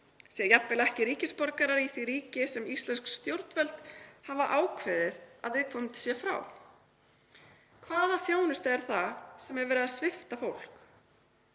sé jafnvel ekki ríkisborgarar í því ríki sem íslensk stjórnvöld hafa ákveðið að viðkomandi sé frá. Hvaða þjónusta er það sem er verið að svipta fólk?